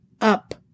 up